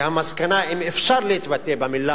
שהמסקנה, אם אפשר להתבטא במלה